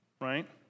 Right